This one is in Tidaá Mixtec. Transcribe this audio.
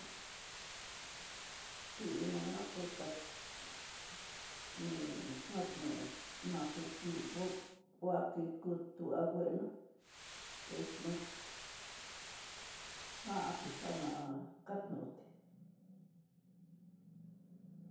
Ti'iná nakoka kadnó nayukigó, kuatí kú tú anguena té xoor xa'a tixaná'a kadnotí.